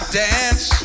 dance